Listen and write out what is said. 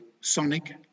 sonic